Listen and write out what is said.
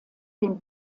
den